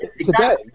today